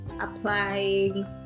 applying